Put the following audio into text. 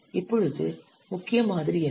இப்பொழுது முக்கிய மாதிரி என்ன